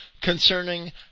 concerning